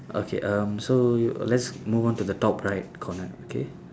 okay um so let's move on to the top right corner okay